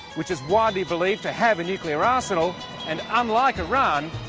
which is widely believed to have a nuclear arsenal and, unlike iran,